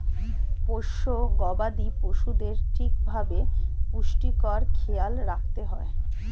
পোষ্য গবাদি পশুদের ঠিক ভাবে পুষ্টির খেয়াল রাখতে হয়